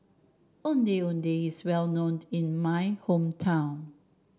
Ondeh Ondeh is well known in my hometown